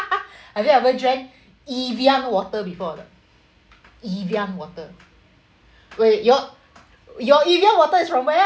have you ever drank Evian water before or not evian water wait your your Evian is from where [one]